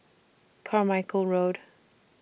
Carmichael Road